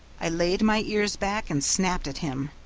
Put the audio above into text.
i laid my ears back and snapped at him.